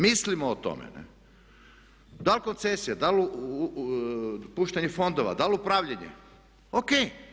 Mislimo o tome, da li koncesija, da li puštanje fondova, da li upravljanje, ok.